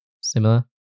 similar